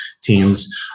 teams